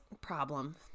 problem